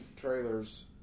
trailers